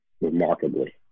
remarkably